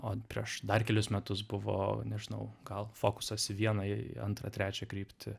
o prieš dar kelis metus buvo nežinau gal fokusas į vieną į antrą trečią kryptį